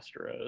Astros